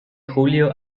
julio